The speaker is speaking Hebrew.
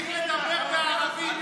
תמשיך לדבר בערבית,